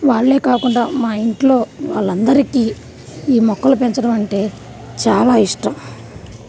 వాళ్ళే కాకుండా మా ఇంట్లో వాళ్ళందరికీ ఈ మొక్కలు పెంచడం అంటే చాలా ఇష్టం